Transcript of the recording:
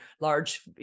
large